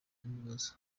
n’ibibazo